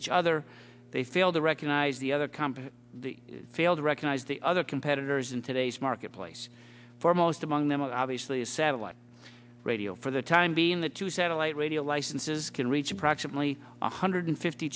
each other they fail to recognize the other companies fail to recognize the other competitors in today's marketplace foremost among them obviously a satellite radio for the time being the two satellite radio licenses can reach approximately one hundred fifty